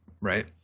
right